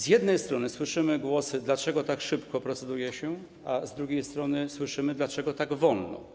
Z jednej strony słyszymy głosy, dlaczego tak szybko się proceduje, a z drugiej strony słyszymy, dlaczego tak wolno.